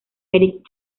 eric